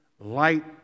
light